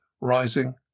rising